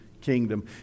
kingdom